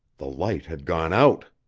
the light had gone out!